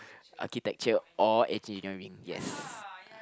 architecture or engineering yes